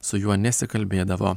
su juo nesikalbėdavo